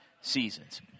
seasons